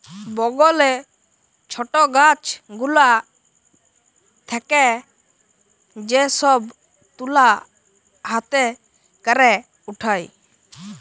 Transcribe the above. বগলে ছট গাছ গুলা থেক্যে যে সব তুলা হাতে ক্যরে উঠায়